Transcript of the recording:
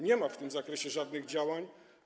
Nie ma w tym zakresie żadnych działań.